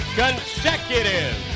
consecutive